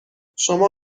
شما